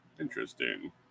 Interesting